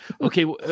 Okay